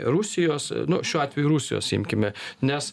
rusijos šiuo atveju rusijos imkime nes